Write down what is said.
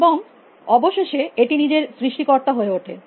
এবং অবশেষে এটি নিজের সৃষ্টিকর্তা হয়ে ওঠে